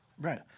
right